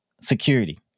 security